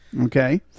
Okay